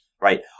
Right